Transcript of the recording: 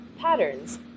patterns